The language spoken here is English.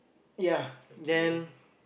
ya then